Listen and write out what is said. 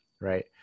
Right